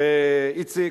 איציק,